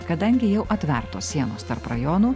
kadangi jau atvertos sienos tarp rajonų